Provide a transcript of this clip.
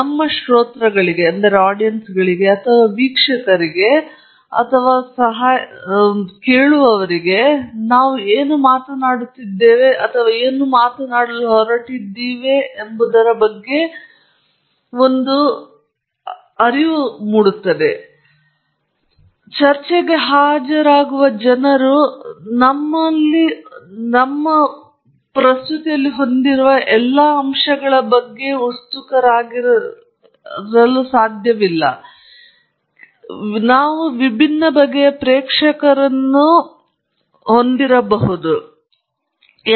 ನಮ್ಮ ಶ್ರೋತೃಗಳಿಗೆ ಅಥವಾ ವೀಕ್ಷಕರಿಗೆ ಅಥವಾ ನಿಮಗೆ ಗೊತ್ತಾ ನಮ್ಮ ಚರ್ಚೆಗೆ ಹಾಜರಾಗುವ ಜನರು ನಾವು ಚರ್ಚೆಯಲ್ಲಿ ಹೊಂದುವ ಎಲ್ಲ ಪ್ರಮುಖ ಅಂಶಗಳ ಬಗ್ಗೆ ಯೋಚನೆಯನ್ನು ಪಡೆದುಕೊಳ್ಳುತ್ತೇವೆ